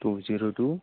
two zero two